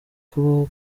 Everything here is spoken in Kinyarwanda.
kubaho